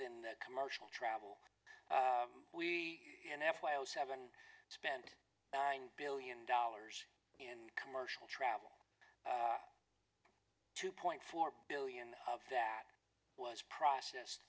than that commercial travel we in f y o seven spent a billion dollars in commercial travel two point four billion of that was process